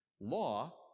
Law